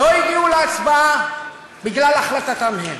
לא הגיעו להצבעה, בגלל החלטתם הם.